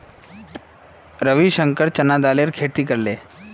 रविशंकर चना दालेर खेती करले